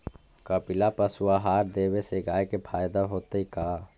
कपिला पशु आहार देवे से गाय के फायदा होतै का?